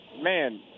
man